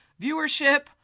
viewership